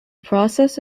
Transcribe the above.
process